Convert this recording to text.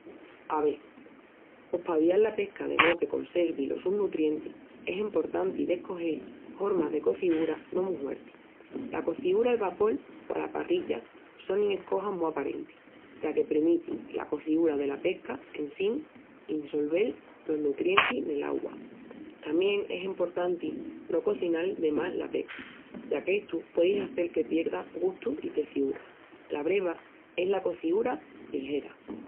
Ave, pos pa avial la pesca de mó que conservi los sus nutrientis, es emportanti el descogel hormas de cociúra no mu huertis. La cociúar al vapol o a la parrilla sonin escojas mu aparentis, ya que premitin la cociúra dela pesca en sin insolvel los nutrientis nel augua. Tamién es emportanti no cozinal de más la pesca, ya qu'estu puei hazel que pierda gustu i teciúra. La breva es la cociúra ligera.